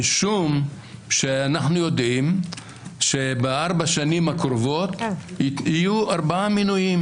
משום שאנחנו יודעים שבארבע השנים הקרובות יהיו ארבעה מינויים,